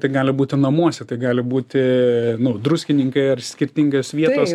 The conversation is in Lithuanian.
tai gali būti namuose tai gali būti druskininkai ar skirtingas vietas